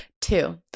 Two